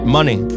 Money